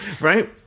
right